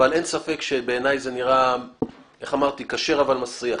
אבל אין ספק שבעיניי זה נראה כשר אבל מסריח.